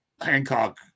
hancock